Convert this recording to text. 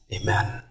Amen